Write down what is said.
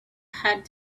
had